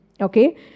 okay